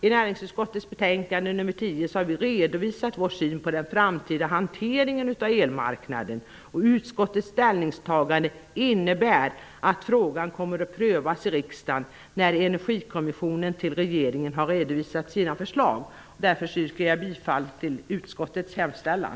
I näringsutskottets betänkande nr 10 har vi redovisat vår syn på den framtida hanteringen av elmarknaden. Utskottets ställningstagande innebär att frågan kommer att prövas i riksdagen när Energikommissionen har redovisat sina förslag till regeringen. Därför yrkar jag bifall till utskottets hemställan.